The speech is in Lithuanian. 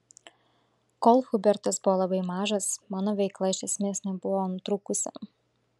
kol hubertas buvo labai mažas mano veikla iš esmės nebuvo nutrūkusi